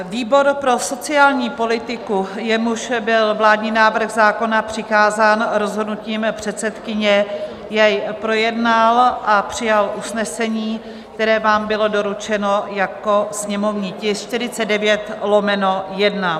Výbor pro sociální politiku, jemuž byl vládní návrh zákona přikázán rozhodnutím předsedkyně, jej projednal a přijal usnesení, které vám bylo doručeno jako sněmovní tisk 49/1.